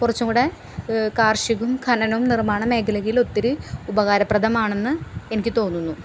കുറച്ചും കൂടെ കാർഷികവും ഖനനവും നിർമാണ മേഖലയിൽ ഒത്തിരി ഉപകാര പ്രദമാണെന്ന് എനിക്ക് തോന്നുന്നു